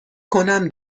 کنم